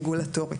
רגולטורית.